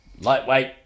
Lightweight